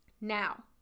Now